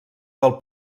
del